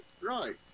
right